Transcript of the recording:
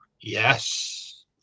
Yes